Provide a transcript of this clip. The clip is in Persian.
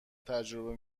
تجربه